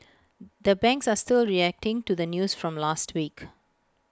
the banks are still reacting to the news from last week